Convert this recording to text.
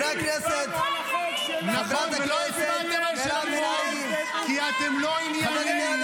בהצעת החוק של רם בן ברק אנחנו הצבענו בעד כי אנחנו ענייניים,